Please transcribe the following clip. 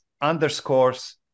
underscores